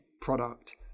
product